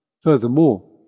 Furthermore